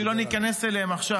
שלא ניכנס אליהן עכשיו,